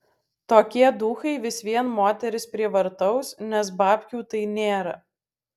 tokie duchai vis vien moteris prievartaus nes babkių tai nėra